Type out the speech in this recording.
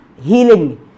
healing